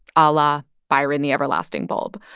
ah la byron the everlasting bulb.